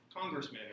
congressman